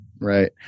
right